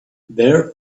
their